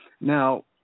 now